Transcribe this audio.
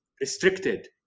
restricted